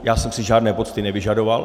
Já jsem si žádné pocty nevyžadoval.